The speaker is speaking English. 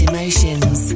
Emotions